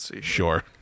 Sure